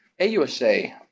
AUSA